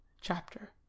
chapter